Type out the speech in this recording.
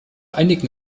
einigen